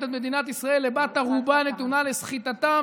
את מדינת ישראל לבת ערובה נתונה לסחיטתם.